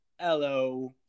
hello